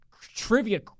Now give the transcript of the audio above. trivia